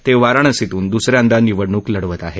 ते वाराणसीतून द्स यांदा निवडणूक लढवत आहेत